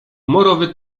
morowy